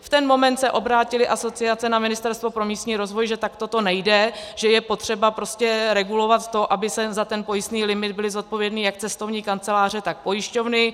V ten moment se obrátily asociace na Ministerstvo pro místní rozvoj, že takto to nejde, že je potřeba regulovat to, aby za pojistný limit byly zodpovědné jak cestovní kanceláře, tak pojišťovny.